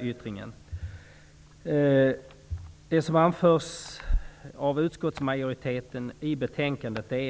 I betänkandet anför utskottsmajoriteten